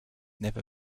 never